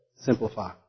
Simplify